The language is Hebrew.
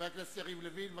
חברת הכנסת זוארץ.